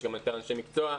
יש גם יותר אנשי מקצוע.